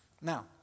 Now